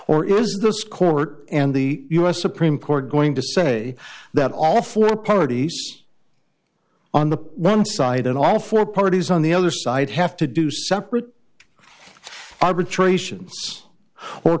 or is this court and the u s supreme court going to say that all four polity on the one side and all four parties on the other side have to do separate arbitrations or